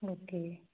okay